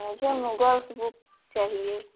मुझे noodles book चाहिए